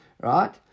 Right